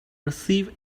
receive